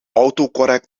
autocorrect